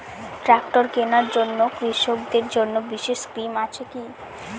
Tractor কেনার জন্য কৃষকদের জন্য বিশেষ স্কিম আছে কি?